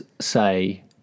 say